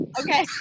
okay